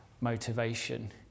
motivation